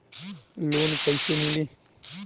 Loan कइसे मिली?